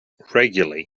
regularly